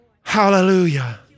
Hallelujah